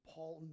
Paul